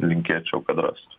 linkėčiau kad rastų